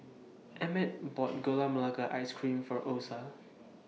Emmett bought Gula Melaka Ice Cream For Osa